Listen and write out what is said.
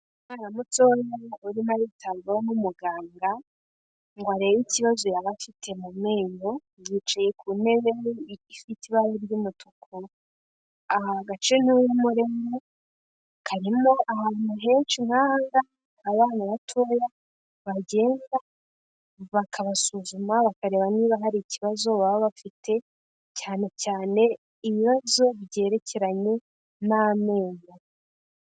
Umwana muto urimo yitabwaho n'umuganga, ngo arebe ikibazo yaba afite mu menyo, yicaye ku ntebe ifite ibara ry'umutuku, agace ntuyemo rero, karimo ahantu henshi nkaha ngaha, abana batoya bagenda bakabasuzuma bakareba niba hari ikibazo baba bafite, cyane cyane ibibazo byerekewe n'amenyo.